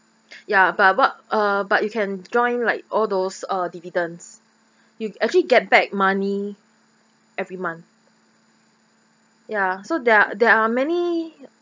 ya but what uh but you can join like all those uh dividends you actually get back money every month ya so there are there are many